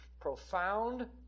profound